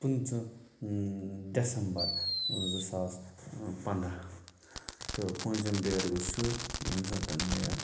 پٕنٛژٕ ڈٮ۪سَمبَر زٕ ساس پنٛداہ تہٕ پٲنٛژِم ڈیٹ گوٚو سُہ ییٚمہِ ساتہٕ مےٚ